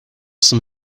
some